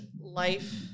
life